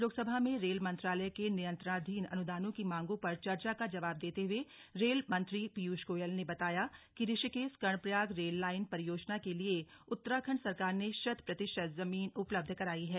आज लोकसभा में रेल मंत्रालय के नियंत्रणाधीन अनुदानों की मांगों पर चर्चा का जवाब देते हुए रेल मंत्री पीयूष गोयल ने बताया कि ऋषिकेश कर्णप्रयाग रेल लाइन परियोजना के लिये उत्तराखंड सरकार ने शत प्रतिशत जमीन उपलब्ध कराई है